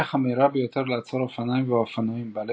"הדרך המהירה ביותר לעצור אופניים ואופנועים בעלי